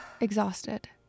exhausted